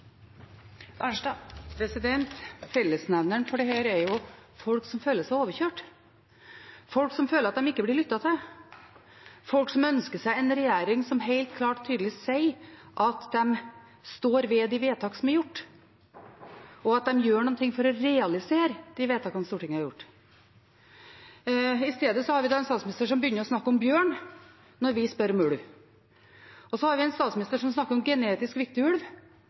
Arnstad – til oppfølgingsspørsmål. Fellesnevneren for dette er folk som føler seg overkjørt, folk som føler at de ikke blir lyttet til, folk som ønsker seg en regjering som helt klart og tydelig sier at de står ved de vedtakene som er gjort, og at de gjør noe for å realisere de vedtakene Stortinget har gjort. I stedet har vi en statsminister som begynner å snakke om bjørn når vi spør om ulv, og vi har en statsminister som snakker om genetisk viktig ulv,